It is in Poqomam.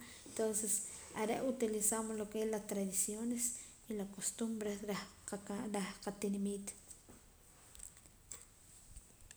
Tonces are' utilizamos lo ke es la tradiciones y la costumbres reh qaka' reh qatinimiit